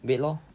wait lor